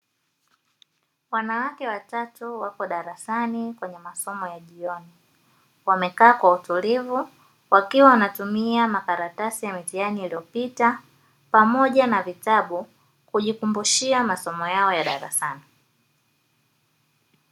Wanawake watatu wako darasani kwenye masomo ya jioni, wamekaa kwa utulivu wakiwa wanatumia makaratasi ya mitihani yaliyopita pamoja na vitabu kujikumbushia masomo yao ya darasani.